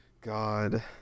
God